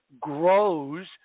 grows